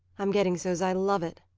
i'm getting so's i love it,